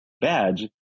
badge